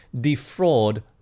defraud